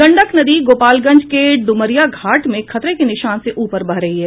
गंडक नदी गोपालगंज के ड्मरिया घाट में खतरे के निशान के ऊपर बह रही है